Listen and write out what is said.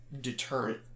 deterrent